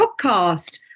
Podcast